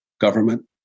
government